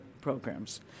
programs